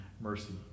mercy